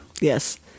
Yes